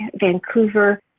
Vancouver